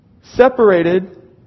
separated